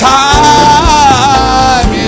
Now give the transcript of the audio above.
time